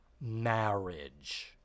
marriage